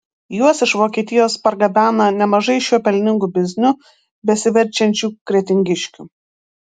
juos iš vokietijos pargabena nemažai šiuo pelningu bizniu besiverčiančių kretingiškių